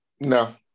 No